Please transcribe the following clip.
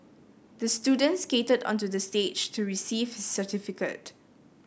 the student skated onto the stage to receive certificate